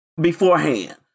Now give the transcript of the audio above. beforehand